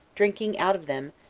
drinking out of them,